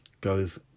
goes